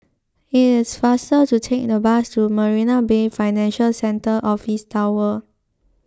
it is faster to take the bus to Marina Bay Financial Centre Office Tower